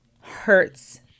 hurts